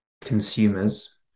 consumers